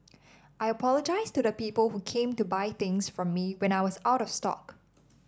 I apologise to the people who came to buy things from me when I was out of stock